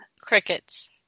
Crickets